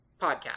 podcast